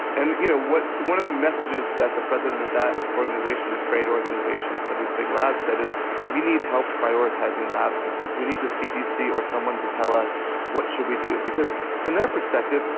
and you know what? one of the messages that the president of that organization, the trade organization for these big labs said is we need help prioritizing lab samples. we need the cdc or someone to tell us what should we do? because from their perspective,